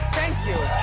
thank you,